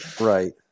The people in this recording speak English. right